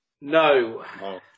no